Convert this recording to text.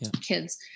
kids